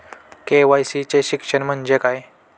KYC चे शिक्षण म्हणजे काय?